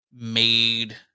made